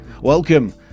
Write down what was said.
Welcome